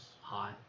hot